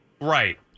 right